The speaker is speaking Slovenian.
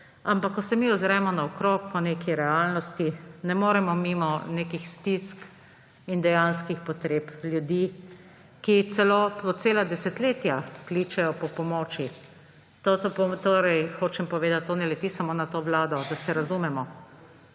Ampak, ko se mi ozremo naokrog po neki realnosti, ne moremo mimo nekih stisk in dejanskih potreb ljudi, ki celo po cela desetletja kličejo po pomoči. Torej, hočem povedati, to ne leti samo na to vlado – da se razumemo!